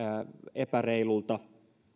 epäreilulta